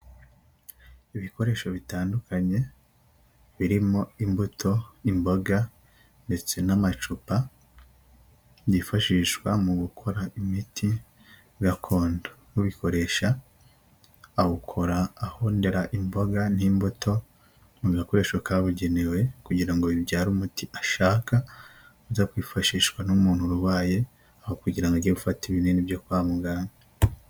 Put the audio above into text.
Ibikoresho bitandukanye birimo imbuto, imboga ndetse n'amacupa byifashishwa mu gukora imiti gakondo. Ubikoresha awukora ahondera imboga n'imbuto mu gakoresho kabugenewe kugira ngo bibyare umuti ashaka, ujya kwifashishwa n'umuntu urwaye aho kugira ngo age gufata ibinini byo kwa muganga.